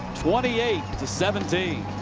twenty eight seventeen.